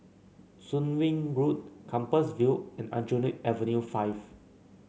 Soon Wing Road Compassvale and Aljunied Avenue Five